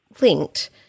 linked